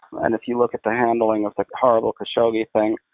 and if you look at the handling of the horrible khashoggi thing,